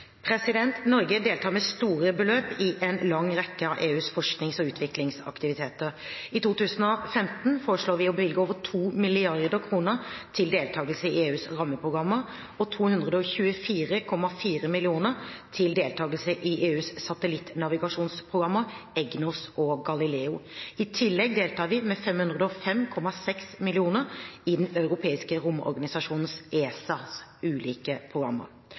Norge deltar med store beløp i en lang rekke av EUs forsknings- og utviklingsaktiviteter. I 2015 foreslår vi å bevilge over 2 mrd. kr til deltakelse i EUs rammeprogrammer og 224,4 mill. kr til deltakelse i EUs satellittnavigasjonsprogrammer EGNOS og Galileo. I tillegg deltar vi med 505,6 mill. kr i den europeiske romorganisasjonen ESAs ulike programmer.